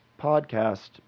podcast